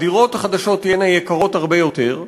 הדירות החדשות תהיינה יקרות הרבה יותר,